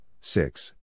six